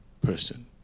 person